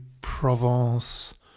Provence